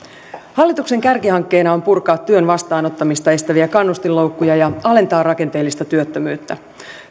hallituksen kärkihankkeena on purkaa työn vastaanottamista estäviä kannustinloukkuja ja alentaa rakenteellista työttömyyttä